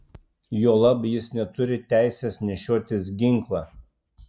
juolab jis neturi teisės nešiotis ginklą